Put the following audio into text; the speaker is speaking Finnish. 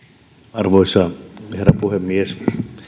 arvoisa herra puhemies